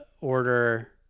order